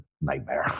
nightmare